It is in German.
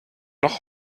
noch